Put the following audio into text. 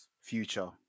Future